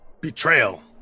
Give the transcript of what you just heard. betrayal